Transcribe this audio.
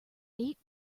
eight